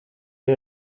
wir